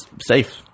safe